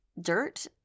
dirt